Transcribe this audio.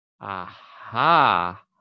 aha